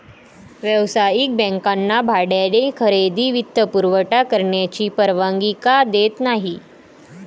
व्यावसायिक बँकांना भाड्याने खरेदी वित्तपुरवठा करण्याची परवानगी का देत नाही